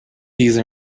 these